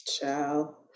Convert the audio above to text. Ciao